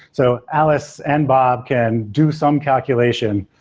so alice and bob can do some calculation.